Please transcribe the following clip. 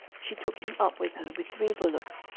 she took him up with her, with three bullocks,